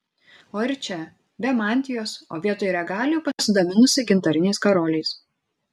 o ir čia be mantijos o vietoj regalijų pasidabinusi gintariniais karoliais